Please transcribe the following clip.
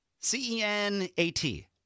C-E-N-A-T